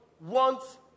wants